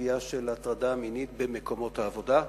בסוגיה של הטרדה מינית במקומות העבודה.